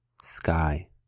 sky